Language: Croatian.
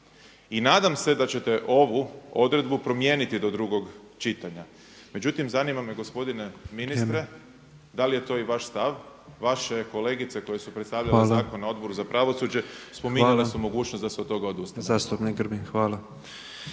I nadam se da ćete ovu odredbu promijeniti do drugog čitanja. Međutim, zanima me gospodine ministre, da li je to i vaš stav? Vaše kolegice koje su predstavljale zakon na Odboru za pravosuđe spominjale su mogućnost da se od toga odustane.